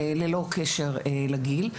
ללא קשר לגיל.